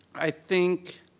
i think.